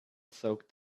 soaked